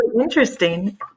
interesting